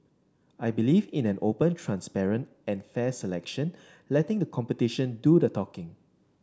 I believe in an open transparent and fair selection letting the competition do the talking